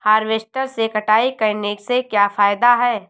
Harvester से कटाई करने से क्या फायदा है?